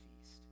feast